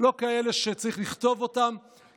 לא כאלה שצריך לכתוב אותן,